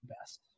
best